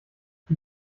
die